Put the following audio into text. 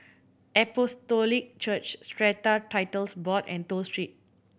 Apostolic Church Strata Titles Board and Toh Street